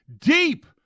Deep